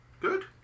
Good